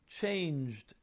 changed